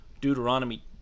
Deuteronomy